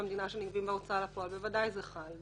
המדינה שנגבים בהוצאה לפועל בוודאי זה חל.